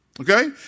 Okay